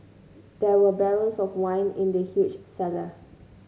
there were barrels of wine in the huge cellar